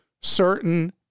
certain